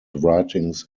writings